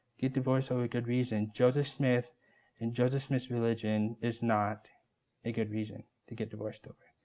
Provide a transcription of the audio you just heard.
get divorced over a good reason. joseph smith and joseph smith's religion is not a good reason to get divorced over.